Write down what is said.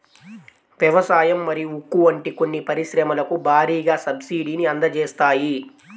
వ్యవసాయం మరియు ఉక్కు వంటి కొన్ని పరిశ్రమలకు భారీగా సబ్సిడీని అందజేస్తాయి